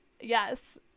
yes